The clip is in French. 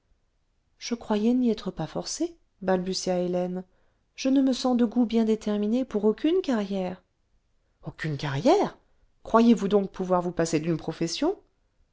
je croyais n'y être pas forcée balbutia hélène je ne me sens de goût bien déterminé pour aucune carrière aucune carrière croyez-vous donc pouvoir vous passer d'une profession